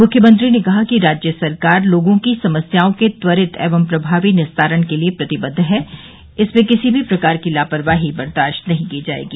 मुख्यमंत्री ने कहा कि राज्य सरकार लोगों की समस्याओं के त्वरित एवं प्रभावी निस्तारण के लिए प्रतिबद्व है इसमें किसी प्रकार की लापरवाही बर्दाश्त नहीं की जायेगी